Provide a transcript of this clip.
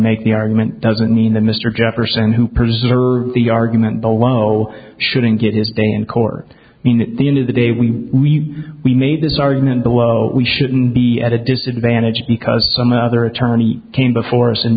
make the argument doesn't mean that mr jefferson who preserved the argument below shouldn't get his day in court in the end of the day we we made this argument below we shouldn't be at a disadvantage because some other attorney came before us and